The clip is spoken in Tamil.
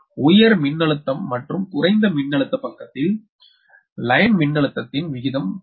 எனவே உயர் மின்னழுத்தம் மற்றும் குறைந்த மின்னழுத்த பக்கத்தில் வரி மின்னழுத்தத்தின் விகிதம் ஒரே உரிமை